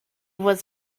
was